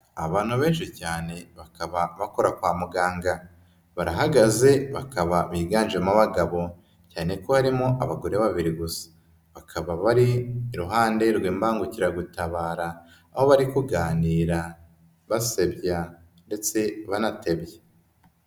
Abantu benshi cyane bakaba bakora kwa muganga. Barahagaze, bakaba biganjemo abagabo, cyane ko harimo abagore babiri gusa. Bakaba bari iruhande rw'imbangukiragutabara aho bari kuganira basebya ndetse banatebya.